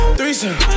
Threesome